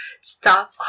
Stop